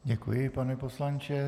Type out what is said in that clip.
Děkuji, pane poslanče.